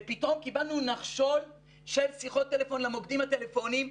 ופתאום קיבלנו נחשול של שיחות טלפון למוקדים הטלפוניים.